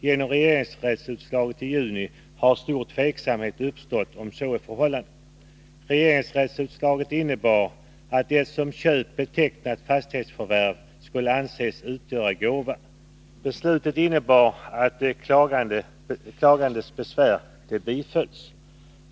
Genom regeringsrättsutslaget i juni 1981 har stor tveksamhet uppstått om så är förhållandet.